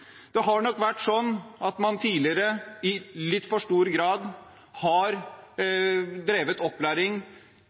Det har nok vært sånn at man tidligere i litt for stor grad har drevet opplæring